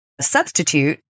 substitute